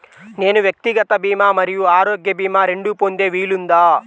నేను వ్యక్తిగత భీమా మరియు ఆరోగ్య భీమా రెండు పొందే వీలుందా?